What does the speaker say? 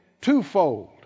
twofold